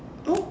oh